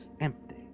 empty